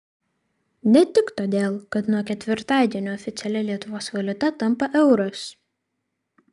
ne tik todėl kad nuo ketvirtadienio oficialia lietuvos valiuta tampa euras